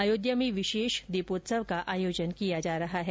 अयोध्या में विशेष दीपोत्सव का आयोजन किया जा रहा है